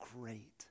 great